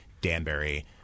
Danbury